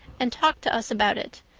and talked to us about it.